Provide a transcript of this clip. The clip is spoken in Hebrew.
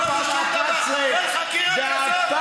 מאות מיליוני שקלים הם מוציאים על חקירות ראש הממשלה.